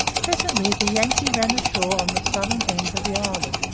presently the yankee ran ashore on the southern end of the island,